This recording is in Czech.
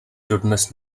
dodnes